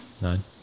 Nine